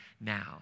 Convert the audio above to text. now